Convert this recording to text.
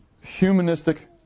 humanistic